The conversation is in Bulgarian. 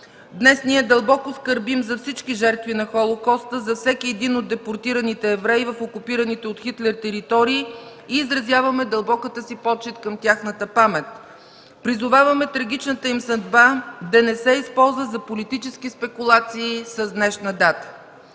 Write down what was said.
Днес ние дълбоко скърбим за всички жертви на Холокоста, за всеки един от депортираните евреи в окупираните от Хитлер територии и изразяваме дълбоката си почит към тяхната памет. Призоваваме трагичната им съдба да не се използва за политически спекулации с днешна дата.